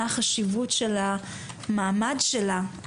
מה החשיבות של המעמד שלה,